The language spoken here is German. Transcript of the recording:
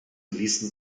ließen